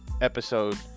episode